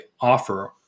offer